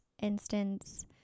instance